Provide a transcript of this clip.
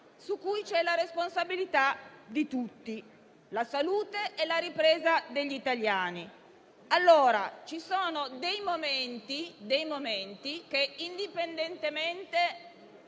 su cui c'è la responsabilità di tutti per la salute e la ripresa degli italiani. Ci sono dei momenti in cui, indipendentemente